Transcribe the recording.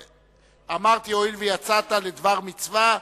אמרתי, הואיל ויצאת לדבר מצווה,